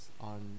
on